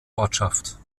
ortschaft